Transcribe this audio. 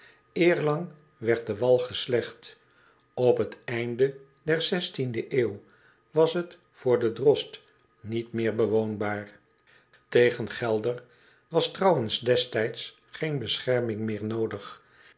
eerlang werd de wal geslecht op het einde der de eeuw was het voor den drost niet meer bewoonbaar tegen gelder was trouwens destijds geen bescherming meer noodig